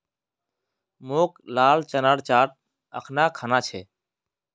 मोक लाल चनार चाट अखना खाना छ